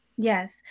Yes